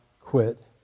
quit